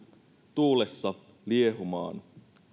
tuulessa liehumaan